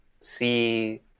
see